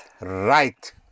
Right